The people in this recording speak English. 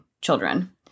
children